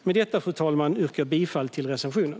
Med detta, fru talman, yrkar jag bifall till reservationen.